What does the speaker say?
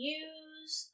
use